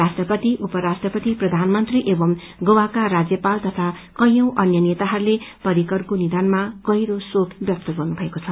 राष्ट्रपति उपराष्ट्रपति प्रथानमन्त्री एवं गोवाका राज्यपाल तथा कवौं अन्य नेताहरूले पर्रिकरको नियनमा गहिरो शोक व्यक्त गरेको छ